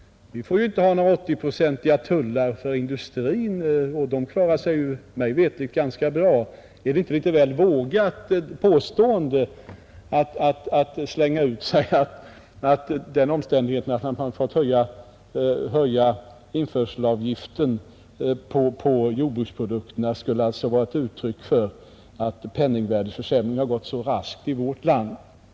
Vi får ju inte ha några 80-procentiga tullar för industrin, och den klarar sig mig veterligt ganska bra. Är det inte litet väl vågat att slänga ur sig att den omständigheten att man fått höja införselavgiften på jordbruksprodukterna skulle vara ett utryck för att penningvärdeförsämringen har gått så raskt i vårt land?